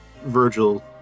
Virgil